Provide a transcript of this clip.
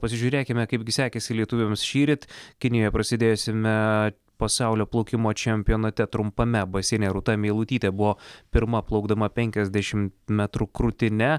pasižiūrėkime kaipgi sekėsi lietuviams šįryt kinijoje prasidėjusiame pasaulio plaukimo čempionate trumpame baseine rūta meilutytė buvo pirma plaukdama penkiasdešimt metrų krūtine